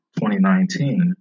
2019